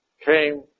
came